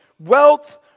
Wealth